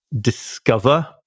discover